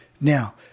Now